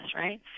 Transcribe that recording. right